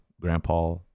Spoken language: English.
Grandpa